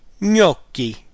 Gnocchi